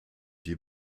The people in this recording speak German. die